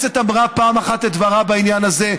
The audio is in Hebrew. הכנסת אמרה פעם אחת את דברה בעניין הזה,